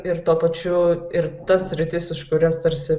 ir tuo pačiu ir tas sritis už kurias tarsi